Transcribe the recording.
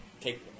Take